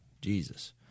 Jesus